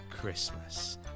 Christmas